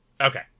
Okay